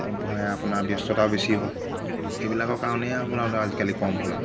কম পোহে আপোনাৰ ব্যস্ততাও বেছি হ'ল সেইবিলাকৰ কাৰণেই আপোনাৰ আজিকালি কম হ'ল আৰু